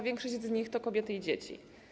Większość z nich to kobiety i dzieci.